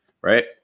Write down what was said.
right